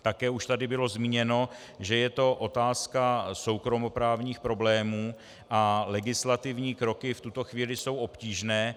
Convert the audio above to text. Také už tady bylo zmíněno, že je to otázka soukromoprávních problémů a legislativní kroky v tuto chvíli jsou obtížné.